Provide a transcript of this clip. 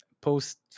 post